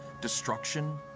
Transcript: destruction